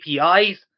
APIs